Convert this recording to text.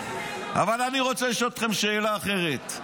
אבל אני רוצה לשאול אתכם שאלה אחרת.